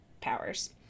powers